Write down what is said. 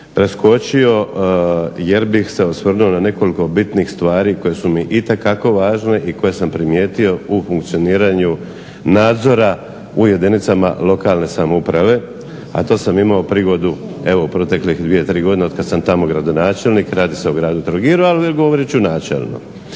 preskočio jer bih se osvrnuo na nekoliko stvari koje su mi itekako važne i koje sam primijetio u funkcioniranju nadzora u jedinicama lokalne samouprave, a to sam imao prigodu proteklih 2, 3 godine od kada sam tamo načelni, radi se o gradu Trogiru ali govoriti ću načelno.